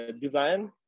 design